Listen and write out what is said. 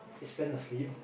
is spend asleep